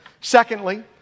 Secondly